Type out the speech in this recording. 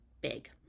big